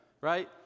right